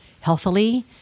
healthily